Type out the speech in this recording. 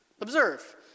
Observe